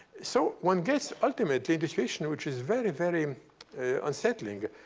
so one gets ultimately the situation which is very, very unsettling.